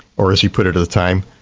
or as he put it at the time,